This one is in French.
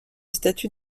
statut